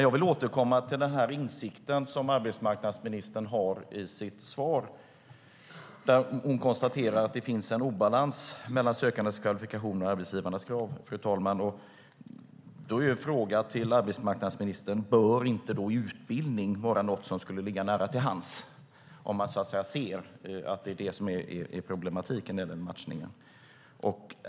Jag vill dock återkomma till den insikt arbetsmarknadsministern har i sitt svar, där hon konstaterar att det finns en obalans mellan sökandenas kvalifikationer och arbetsgivarnas krav, fru talman. Då blir frågan till arbetsmarknadsministern: Bör inte utbildning vara något som ligger nära till hands om man ser att detta är problematiken när det gäller matchningen?